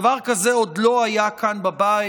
דבר כזה עוד לא היה כאן בבית,